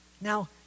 Now